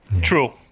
True